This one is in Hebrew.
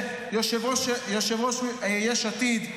יושב-ראש יש עתיד,